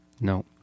No